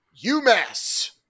UMass